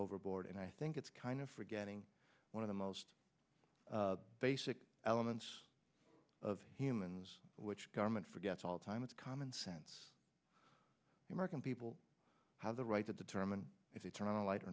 overboard and i think it's kind of forgetting one of the most basic elements of humans which government forgets all the time it's common sense the american people have the right to determine if they turn on a light or